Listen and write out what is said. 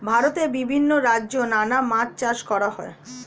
ভারতে বিভিন্ন রাজ্যে নানা মাছ চাষ করা হয়